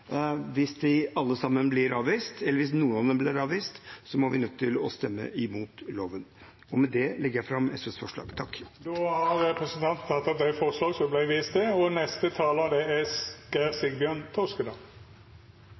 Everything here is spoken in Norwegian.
Hvis alle eller noen av dem blir avvist, er vi nødt til å stemme imot loven. Med det legger jeg fram SVs forslag. Representanten Petter Eide har teke opp dei forslaga han refererte til. Norge er et av verdens mest digitaliserte land, og vi ligger i verdenstoppen når det